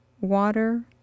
water